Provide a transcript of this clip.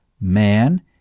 Man